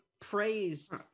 praised